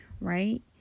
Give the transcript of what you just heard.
right